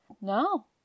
No